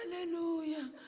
Hallelujah